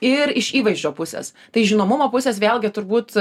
ir iš įvaizdžio pusės tai žinomumo pusės vėlgi turbūt